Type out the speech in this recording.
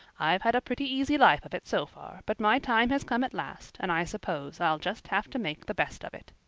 i've had a pretty easy life of it so far, but my time has come at last and i suppose i'll just have to make the best of it.